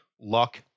luck